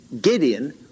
Gideon